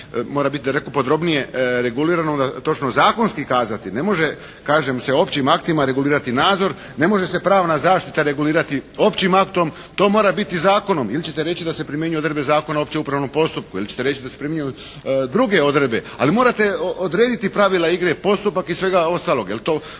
mora biti daleko podrobnije regulirano, točno zakonski kazati, ne može kažem se općim aktima regulirati nadzor, ne može se pravna zaštita regulirati općim aktom. To mora biti zakonom. Ili ćete reći da se primjenjuju odredbe Zakona o općem upravnom postupku, ili ćete reći da se primjenjuju druge odredbe. Ali morate odrediti pravila igre, postupak i svega ostaloga. Jer to